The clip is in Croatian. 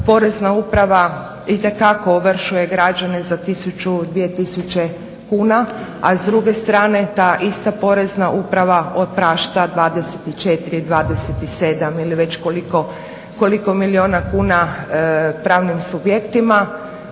Porezna uprava itekako ovršuje građane za 1000, 2000 kuna, a s druge strane ta ista Porezna uprava oprašta 24, 27 ili već koliko milijuna kuna pravnim subjektima.